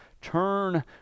Turn